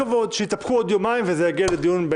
בכל הכבוד, שיחכו עוד יומיים וזה יגיע לדיון.